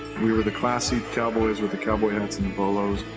we were the classy cowboys with the cowboy hats and the polos.